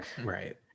Right